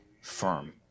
firm